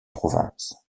province